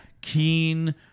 Keen